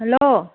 hello